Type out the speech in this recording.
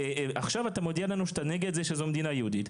עכשיו אתה מודיע לנו שאתה נגד זה שזו מדינה יהודית,